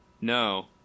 No